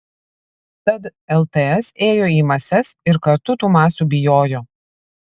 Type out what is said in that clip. tad lts ėjo į mases ir kartu tų masių bijojo